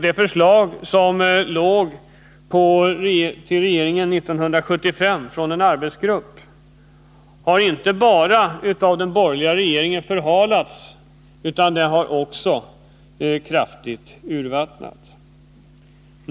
Det förslag som lades fram för regeringen 1975 från en arbetsgrupp har av den borgerliga regeringen inte bara förhalats utan också kraftigt urvattnats.